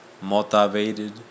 motivated